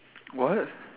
what